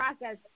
process